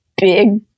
big